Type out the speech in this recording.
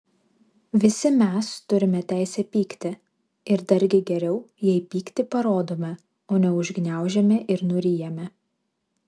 visi mes turime teisę pykti ir dargi geriau jei pyktį parodome o ne užgniaužiame ir nuryjame